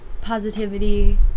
positivity